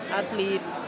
athlete